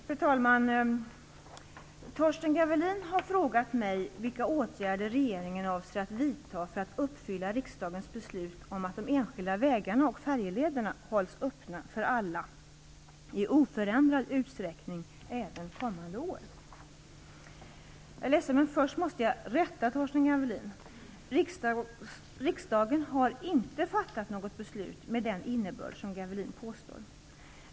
Fru talman! Torsten Gavelin har frågat mig vilka åtgärder regeringen avser att vidta för att uppfylla riksdagens beslut om att de enskilda vägarna och färjelederna hålls öppna för alla i oförändrad utsträckning även kommande år. Jag är ledsen, men först måste jag rätta Torsten Gavelin. Riksdagen har inte fattat något beslut med den innebörd som Gavelin påstår.